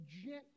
gently